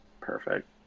Perfect